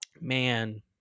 man